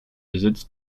besitz